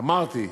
אמרתי,